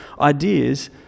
ideas